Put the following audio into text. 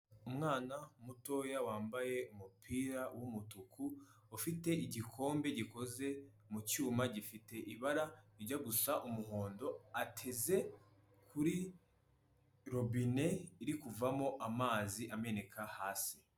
Umwana mutoya wambaye umupira w'umutuku, ufite igikombe gikoze mu cyuma gifite ibara rijya gusa umuhondo, ateze kuri robine iri kuvamo amazi ameneka hasi.